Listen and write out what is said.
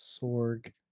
Sorg